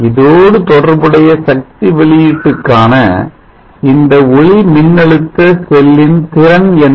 இதோடு தொடர்புடைய சக்தி வெளியீட்டுக்கான இந்த ஒளிமின்னழுத்த செல்லின் திறன் என்ன